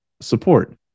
support